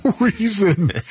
reason